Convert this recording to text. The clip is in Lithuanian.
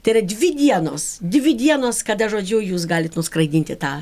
tėra dvi dienos dvi dienos kada žodžiu jūs galit nuskraidinti tą